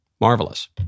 Marvelous